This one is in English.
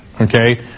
okay